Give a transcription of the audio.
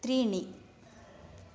त्रीणि